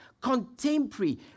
contemporary